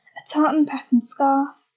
a tartan-patterned scarf,